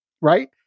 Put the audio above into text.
right